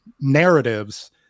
narratives